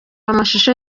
amashusho